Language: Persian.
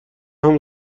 همون